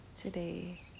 Today